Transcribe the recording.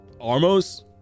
Armos